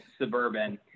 suburban